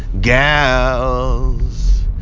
gals